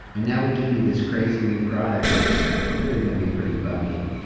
and now we give you this crazy new product which is really going to be pretty buggy.